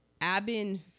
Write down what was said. Abin